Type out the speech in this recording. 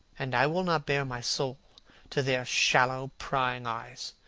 and i will not bare my soul to their shallow prying eyes.